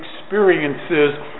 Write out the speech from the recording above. experiences